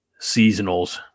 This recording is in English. seasonals